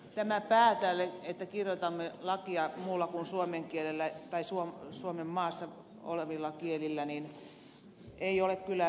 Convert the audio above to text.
tämä että kirjoitamme lakia muulla kuin suomen kielellä tai suomen maassa olevilla kielillä ei ole kyllä mitenkään uutta